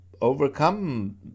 overcome